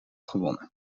gewonnen